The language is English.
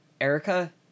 Erica